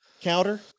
counter